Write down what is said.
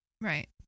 Right